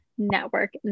network